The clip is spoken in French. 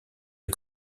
une